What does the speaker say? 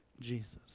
Jesus